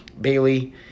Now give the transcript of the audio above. Bailey